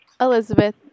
Elizabeth